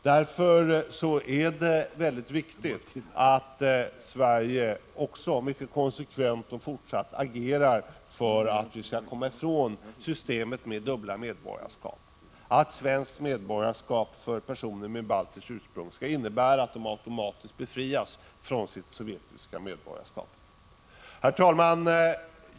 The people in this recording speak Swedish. Därför är det väldigt viktigt att Sve.ige mycket konsekvent även i fortsättningen agerar för att vi skall komma ifrån systemet med dubbla medborgarskap, så att svenskt medborgarskap för personer med baltiskt ursprung automatiskt innebär att de befrias från sitt sovjetiska medborgarskap. Herr talman!